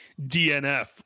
DNF